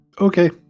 Okay